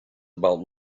about